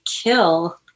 kill